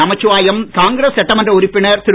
நமச்சிவாயம் காங்கிரஸ் சட்டமன்ற உறுப்பினர் திரு